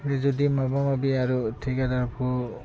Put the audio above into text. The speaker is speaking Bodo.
बे जुदि माबा माबि आरो थिखादारखो